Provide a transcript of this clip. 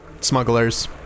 Smugglers